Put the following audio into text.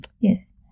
Yes